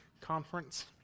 Conference